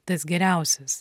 tas geriausias